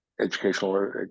educational